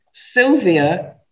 Sylvia